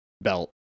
belt